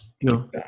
No